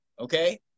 Okay